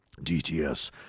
dts